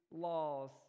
laws